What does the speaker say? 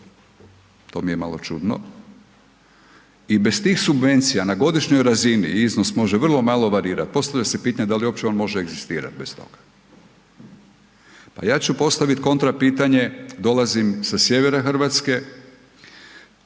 to mi je malo čudno. I bez tih subvencija na godišnjoj razini, iznos može vrlo malo varirat, postavlja se pitanje da li uopće on može egzistirati bez toga? A ja ću postaviti kontra pitanje, dolazim sa sjevera Hrvatske,